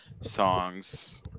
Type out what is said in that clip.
songs